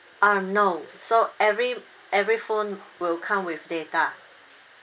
um no so every every phone will come with data